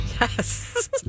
Yes